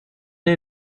est